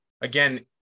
again